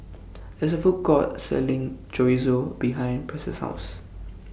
There IS A Food Court Selling Chorizo behind Press' House